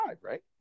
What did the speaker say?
right